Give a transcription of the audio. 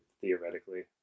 theoretically